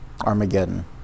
Armageddon